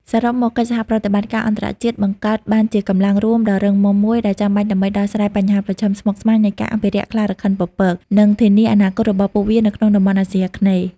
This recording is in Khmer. សរុបមក កិច្ចសហប្រតិបត្តិការអន្តរជាតិបង្កើតបានជាកម្លាំងរួមដ៏រឹងមាំមួយ ដែលចាំបាច់ដើម្បីដោះស្រាយបញ្ហាប្រឈមស្មុគស្មាញនៃការអភិរក្សខ្លារខិនពពក និងធានាអនាគតរបស់ពួកវានៅក្នុងតំបន់អាស៊ីអាគ្នេយ៍។